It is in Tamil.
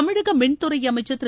தமிழக மின்துறை அமைச்சர் திரு